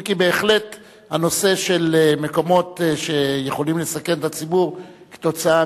אם כי בהחלט הנושא של מקומות שיכולים לסכן את הציבור כתוצאה